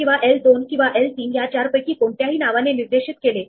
आता जेव्हा मी हा 02 बाहेर काढेल तेव्हा याचे हे दोन्ही शेजारी अन्वेषण केलेले आहेत